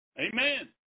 Amen